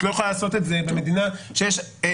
את לא יכולה לעשות את זה במדינה שיש בה